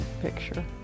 picture